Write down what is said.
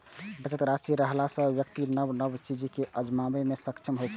बचत राशि रहला सं व्यक्ति नव नव चीज कें आजमाबै मे सक्षम होइ छै